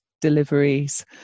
deliveries